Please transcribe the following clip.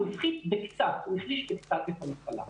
הוא החליש בקצת את המחלה.